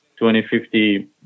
2050